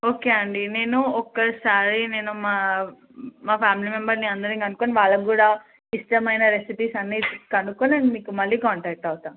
okay అండి నేను ఒకసారి నేను మా మా ఫ్యామిలీ మెంబర్ని అందరిని కనుక్కుని వాళ్ళకు కూడా ఇష్టమైన రెసిపీస్ అన్నీ కనుకొని నేను మీకు మళ్ళీ కాంటాక్ట్ అవుతాను